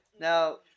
Now